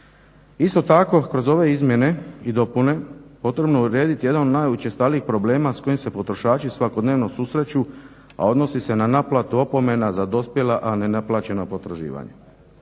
Isto tako, kroz ove izmjene i dopune potrebno je urediti jedan od najučestalijih problema s kojim se potrošači svakodnevno susreću, a odnosi se na naplatu opomena za dospjela a ne naplaćena potraživanja.